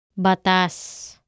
Batas